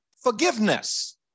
forgiveness